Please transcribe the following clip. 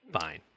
fine